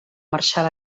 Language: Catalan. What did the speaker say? marxar